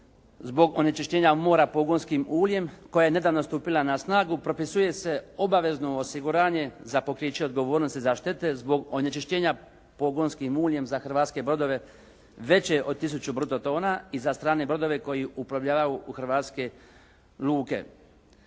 zbog onečišćenja mora pogonskim uljem koja je nedavno stupila na snagu propisuje se obavezno osiguranje za pokriće odgovornosti za štete zbog onečišćenja pogonskim uljem za hrvatske brodove veće od tisuću bruto tona i za strane brodove koji uplovljavaju u hrvatske luke.